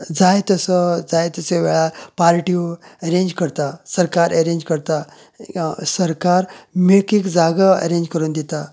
जाय तसो जाय तशे वेळार पार्ट्यो अरेंज करता सरकार अरेंज करता सरकार मेकळीक जागा अरेंज करून दिता